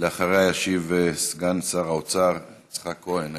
אחריה ישיב סגן שר האוצר, יצחק כהן היקר.